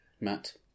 Matt